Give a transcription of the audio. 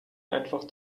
einfach